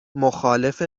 مخالف